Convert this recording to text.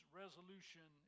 resolution